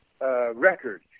record